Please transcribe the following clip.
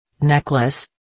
Necklace